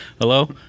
Hello